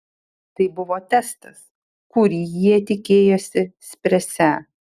tai buvo testas kurį jie tikėjosi spręsią